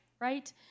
right